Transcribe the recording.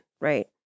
right